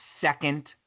second